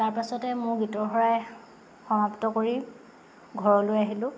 তাৰ পাছতে মোৰ গীতৰ শৰাই সমাপ্ত কৰি ঘৰলৈ আহিলোঁ